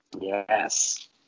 Yes